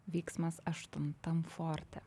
vyksmas aštuntam forte